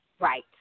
Right